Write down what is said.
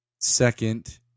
Second